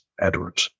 Edward